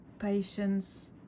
patience